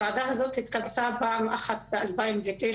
הוועדה הזאת התכנסה פעם אחת ב-2009,